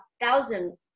thousand